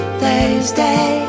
thursday